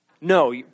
No